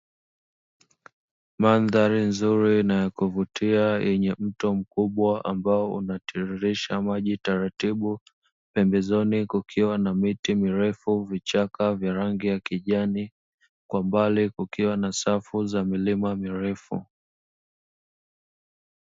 Mandhari nzuri na ya kuvutia yenye mto mkubwa ambao unaotiririsha maji taratibu, pembezoni kukiwa na miti mirefu, vichaka vya rangi ya kijani kwa mbali kukiwa na safu ya milima mirefu.